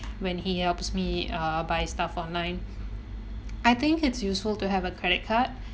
when he helps me uh buy stuff online I think it's useful to have a credit card